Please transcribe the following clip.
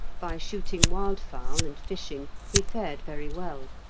by shooting wildfowl, and fishing, he fared very well,